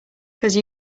cause